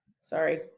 sorry